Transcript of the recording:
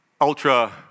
ultra